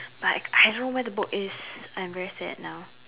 but I I don't know where the book is I'm very sad now